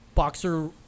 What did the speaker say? Boxer